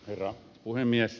herra puhemies